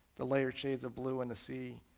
the layered shades of blue in the sea,